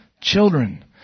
Children